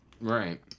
Right